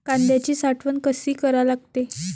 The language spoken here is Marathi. कांद्याची साठवन कसी करा लागते?